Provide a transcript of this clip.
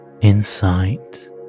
insight